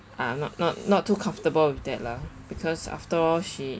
ah not not not too comfortable with that lah because after all she